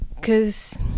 cause